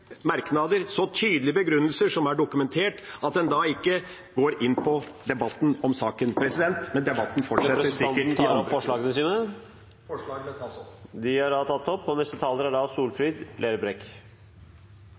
merknader, så tydelige begrunnelser, som er dokumentert – at en ikke går inn på debatten om saken. Men debatten fortsetter sikkert i andre fora. Vil representanten ta opp forslagene fra Senterpartiet? Forslagene tas opp. Representanten Per Olaf Lundteigen har da tatt opp